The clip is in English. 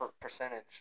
percentage